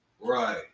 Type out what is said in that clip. Right